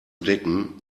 decken